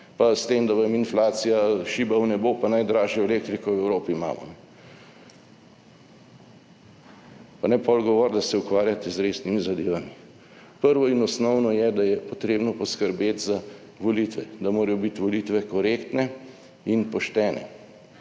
pa s tem, da vam inflacija šiba v nebo pa najdražjo elektriko v Evropi imamo. Pa ne, potem govoriti, da se ukvarjate z resnimi zadevami. Prvo in osnovno je, da je potrebno poskrbeti za volitve, da morajo biti volitve korektne in poštene